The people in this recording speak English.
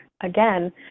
again